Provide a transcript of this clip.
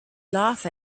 laugh